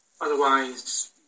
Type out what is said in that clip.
Otherwise